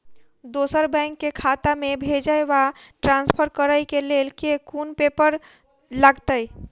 दोसर बैंक केँ खाता मे भेजय वा ट्रान्सफर करै केँ लेल केँ कुन पेपर लागतै?